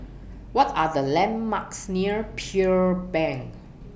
What Are The landmarks near Pearl Bank